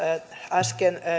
äsken